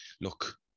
look